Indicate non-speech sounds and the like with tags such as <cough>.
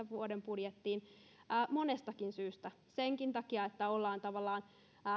<unintelligible> vuoden kaksituhattakaksikymmentä budjettiin monestakin syystä senkin takia että ollaan tavallaan